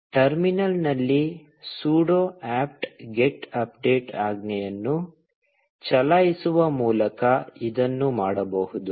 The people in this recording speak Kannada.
ಟರ್ಮಿನಲ್ನಲ್ಲಿ sudo apt get update ಆಜ್ಞೆಯನ್ನು ಚಲಾಯಿಸುವ ಮೂಲಕ ಇದನ್ನು ಮಾಡಬಹುದು